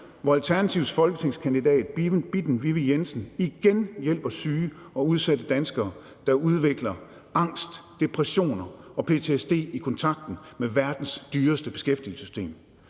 hvor Alternativets folketingskandidat Bitten Vivi Jensen igen hjælper syge og udsatte danskere, der udvikler angst, depressioner og ptsd i kontakten med verdens dyreste beskæftigelsessystem.